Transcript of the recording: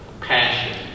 passion